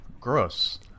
gross